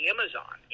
Amazon